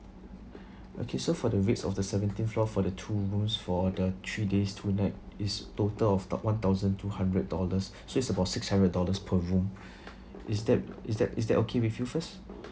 okay so for the weeks of the seventeen floor for the two rooms for the three days two night is total of tho~ one thousand two hundred dollars so it's about six hundred dollars per room is that is that is that okay with you first